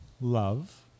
Love